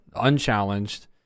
unchallenged